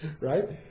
right